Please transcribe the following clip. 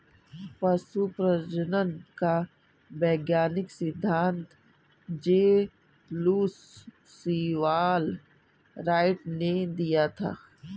पशु प्रजनन का वैज्ञानिक सिद्धांत जे लुश सीवाल राइट ने दिया था